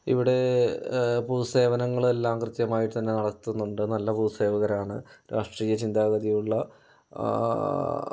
ഇവിടെ ഭൂസേവനങ്ങളെല്ലാം തന്നെ കൃത്യമായി നടത്തുന്നുണ്ട് നല്ല ഭൂസേവകരാണ് രാഷ്ട്രീയ ചിന്താഗതിയുള്ള